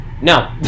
no